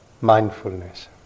mindfulness